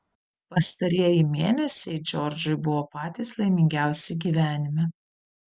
pastarieji mėnesiai džordžui buvo patys laimingiausi gyvenime